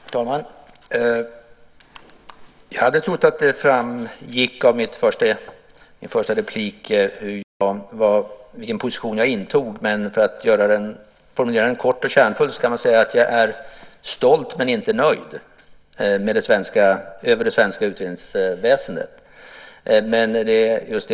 Herr talman! Jag trodde att det framgick av mitt förra inlägg vilken position jag intog. Men för att formulera den kort och kärnfullt kan jag säga att jag är stolt över men inte nöjd med det svenska utredningsväsendet.